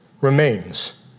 remains